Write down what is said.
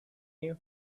you